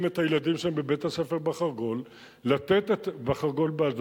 את הילדים שם בבית-הספר ב"חרגול" באשדוד,